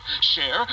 Share